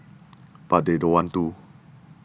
but they don't want to